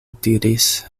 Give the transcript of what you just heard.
diris